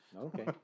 Okay